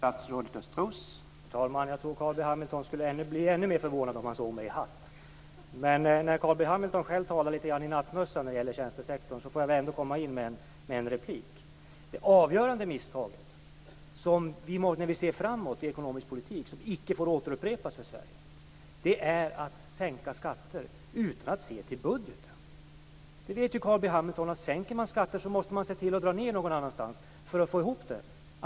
Herr talman! Jag tror att Carl B Hamilton skulle bli ännu mer förvånad om han såg mig i hatt. När Carl B Hamilton själv litet grand i nattmössan talar om tjänstesektorn måste jag göra ett inlägg. Det avgörande misstaget, sett framåt, i ekonomisk politik som icke får återupprepas i Sverige är att sänka skatter utan att se till budgeten. Carl B Hamilton vet att man, om skatter sänks, måste se till att det dras ned någon annanstans; detta för att få det hela att gå ihop.